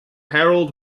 harold